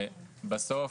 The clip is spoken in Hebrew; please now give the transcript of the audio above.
בסוף,